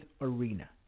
Arena